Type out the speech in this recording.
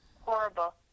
Horrible